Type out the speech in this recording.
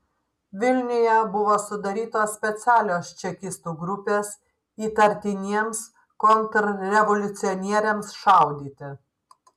vilniuje buvo sudarytos specialios čekistų grupės įtartiniems kontrrevoliucionieriams šaudyti